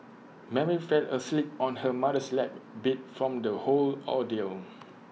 Mary fell asleep on her mother's lap beat from the whole ordeal